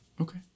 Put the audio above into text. Okay